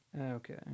Okay